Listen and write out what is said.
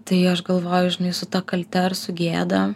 tai aš galvoju žinai su ta kalte ar su gėda